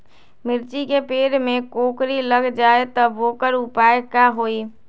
मिर्ची के पेड़ में कोकरी लग जाये त वोकर उपाय का होई?